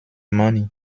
money